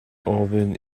ofyn